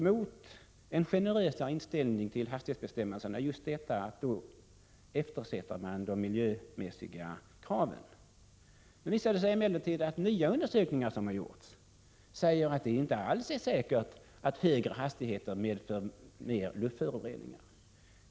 Mot en generösare inställning i fråga om hastighetsbestämmelserna har anförts att man då eftersätter de miljömässiga kraven. Nu visar emellertid nya undersökningar, att det inte alls är säkert att högre hastigheter medför mer luftföroreningar.